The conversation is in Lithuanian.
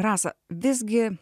rasa visgi